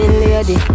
lady